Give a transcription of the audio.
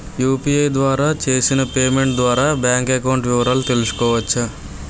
UPI ద్వారా చేసిన payment ద్వారా బ్యాంక్ అకౌంట్ వివరాలు తెలుసుకోవచ్చ?